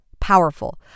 powerful